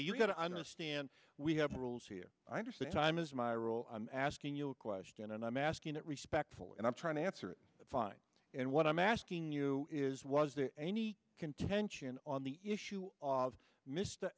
you've got to understand we have rules here i understand time is my rule i'm asking you a question and i'm asking it respectfully and i'm trying to answer it fine and what i'm asking you is was there any contention on the issue of m